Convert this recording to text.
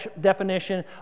definition